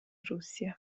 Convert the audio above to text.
russia